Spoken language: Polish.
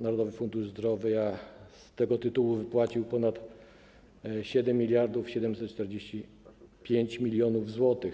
Narodowy Fundusz Zdrowia z tego tytułu wypłacił ponad 7745 mln zł.